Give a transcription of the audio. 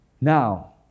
Now